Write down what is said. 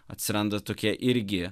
atsiranda tokie irgi